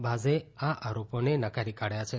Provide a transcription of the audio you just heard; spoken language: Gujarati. વાઝે આ આરોપોને નકારી કાઢ્યા છે